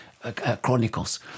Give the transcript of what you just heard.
Chronicles